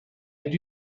did